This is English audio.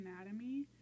anatomy